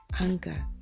anger